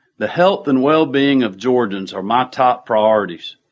the health and well-being of georgians are my top priorities,